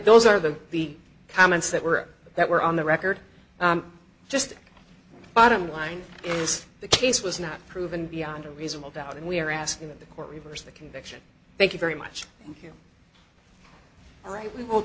those are the comments that were that were on the record just bottom line is the case was not proven beyond a reasonable doubt and we are asking that the court reverse the conviction thank you very much you're right we will